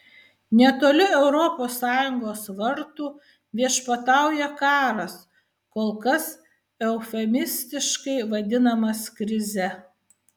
netoli europos sąjungos vartų viešpatauja karas kol kas eufemistiškai vadinamas krize